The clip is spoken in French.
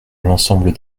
l’ensemble